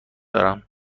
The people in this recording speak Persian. دارم